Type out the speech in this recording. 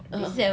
a'ah